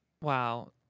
Wow